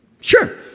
Sure